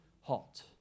halt